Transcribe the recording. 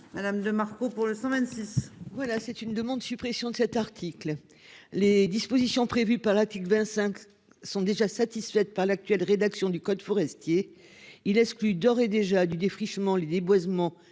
Madame de Marco pour le 126. Voilà c'est une demande de suppression de cet article. Les dispositions prévues par la tique 25 sont déjà satisfaites par l'actuelle rédaction du code forestier, il exclut d'ores et déjà du défrichement les déboisements